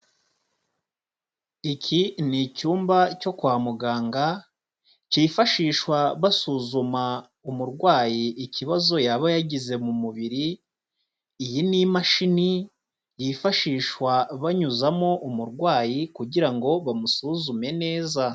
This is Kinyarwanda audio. Iki ni icyumba cyo kwa muganga cyifashishwa basuzuma umurwayi ikibazo yaba yagize mu mubiri, iyi ni imashini yifashishwa banyuzamo umurwayi kugira ngo bamusuzume neza.